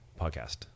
podcast